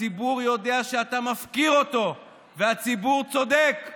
הציבור יודע שאתה מפקיר אותו, והציבור צודק.